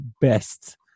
best